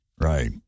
Right